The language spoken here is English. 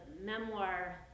memoir